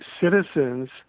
citizens